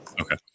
Okay